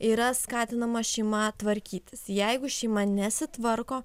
yra skatinama šeima tvarkytis jeigu šeima nesitvarko